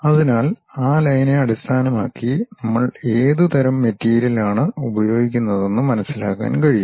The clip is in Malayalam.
അതിനാൽ ആ ലൈനെ അടിസ്ഥാനമാക്കി നമ്മൾ ഏത് തരം മെറ്റീരിയലാണ് ഉപയോഗിക്കുന്നതെന്ന് മനസിലാക്കാൻ കഴിയും